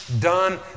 done